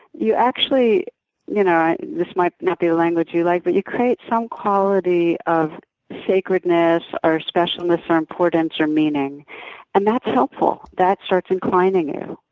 you actually you know this this might not be the language you like but you create some quality of sacredness, or specialness, or importance, or meaning and that's helpful that starts inclining you.